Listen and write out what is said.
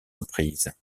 reprises